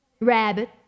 Rabbit